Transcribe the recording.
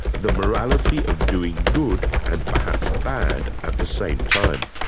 the morality of doing good, and perhaps bad, at the same time.